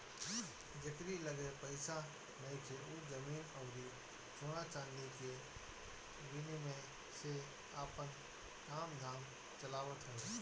जेकरी लगे पईसा नइखे उ जमीन अउरी सोना चांदी के विनिमय से आपन काम धाम चलावत हवे